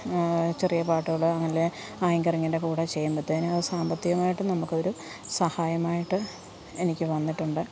ചെറിയ പാട്ടുകൾ അല്ലെങ്കിൽ ആങ്കറിങ്ങിൻ്റെ കൂടെ ചെയ്യുമ്പോഴത്തേന് സാമ്പത്തികമായിട്ട് നമുക്കൊരു സഹായമായിട്ട് എനിക്ക് വന്നിട്ടുണ്ട്